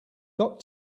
got